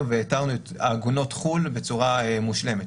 והתרנו את עגונות חו"ל בצורה מושלמת.